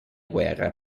guerra